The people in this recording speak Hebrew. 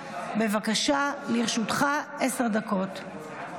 בבקשה, לרשותך עשר דקות.